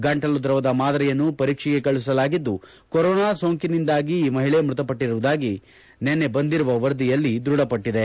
ಗಂಟಲು ದ್ರವದ ಮಾದರಿಯನ್ನು ಪರೀಕ್ಷೆಗೆ ಕಳುಹಿಸಲಾಗಿದ್ದು ಕೊರೊನಾ ಸೋಂಕಿನಿಂದಾಗಿ ಈ ಮಹಿಳಿ ಮೃತಪಟ್ಟಿರುವುದಾಗಿ ನಿನ್ನೆ ಬಂದಿರುವ ವರದಿಯಲ್ಲಿ ದೃಢಪಟ್ಟಿದೆ